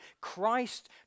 Christ